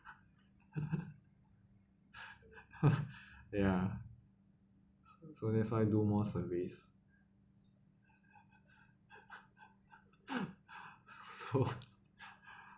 ya so that's why do more surveys so